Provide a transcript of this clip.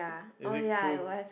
is it cool